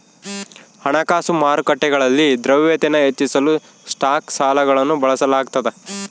ಹಣಕಾಸು ಮಾರುಕಟ್ಟೆಗಳಲ್ಲಿ ದ್ರವ್ಯತೆನ ಹೆಚ್ಚಿಸಲು ಸ್ಟಾಕ್ ಸಾಲಗಳನ್ನು ಬಳಸಲಾಗ್ತದ